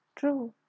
true